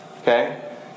Okay